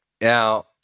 Now